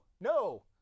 No